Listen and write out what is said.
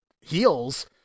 heels